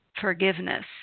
forgiveness